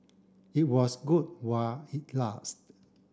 it was good while it last